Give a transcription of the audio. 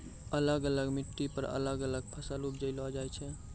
अलग अलग मिट्टी पर अलग अलग फसल उपजैलो जाय छै